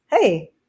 hey